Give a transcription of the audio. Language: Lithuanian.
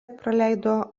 praleido